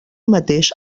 mateix